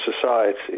society